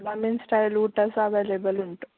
brahmin style ಊಟ ಸಹ available ಉಂಟು